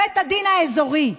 בית הדין האזורי.